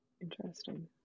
Interesting